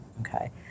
Okay